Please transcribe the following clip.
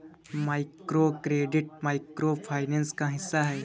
microcredit micro finance का हिस्सा है